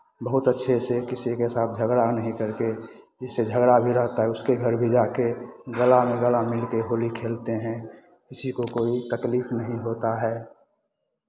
बहुत अच्छे से किसी के साथ झगड़ा नहीं करके जिससे झगड़ा भी रहता है उसके घर भी जा के गला में गला मिल के होली खेलते हैं किसी को कोई तकलीफ नहीं होता है